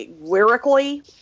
lyrically